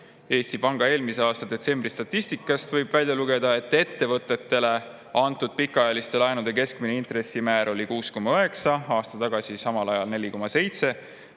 Eesti Panga eelmise aasta detsembri statistikast võib välja lugeda, et ettevõtetele antud pikaajaliste laenude keskmine intressimäär oli 6,9%, aasta tagasi samal ajal 4,7%,